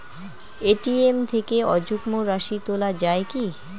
ATM থেকে অযুগ্ম রাশি তোলা য়ায় কি?